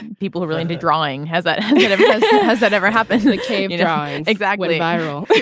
people are really to drawing has that has kind of yeah yeah has that ever happened. and it came and and exactly viral.